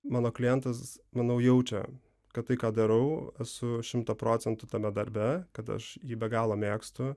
mano klientas manau jaučia kad tai ką darau esu šimtą procentų tame darbe kad aš jį be galo mėgstu